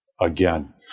again